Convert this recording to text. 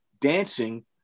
dancing